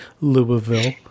Louisville